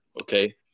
okay